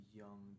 young